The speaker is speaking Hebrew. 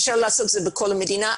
אפשר לעשות את זה בכל המדינה.